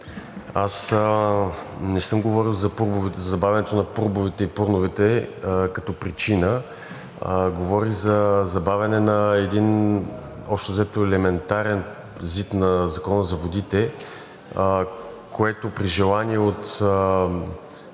аз не съм говорил за забавянето на ПУРБ-овете и ПУРН-овете като причина, а говорих за забавяне на един общо взето елементарен ЗИД на Закона за водите, което при желание от